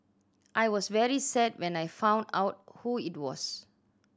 I was very sad when I found out who it was